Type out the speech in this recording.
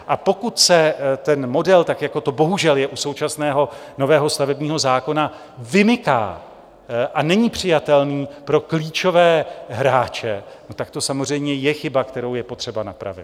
A pokud se ten model, jako to bohužel je u současného nového stavebního zákona, vymyká a není přijatelný pro klíčové hráče, tak to samozřejmě je chyba, kterou je potřeba napravit.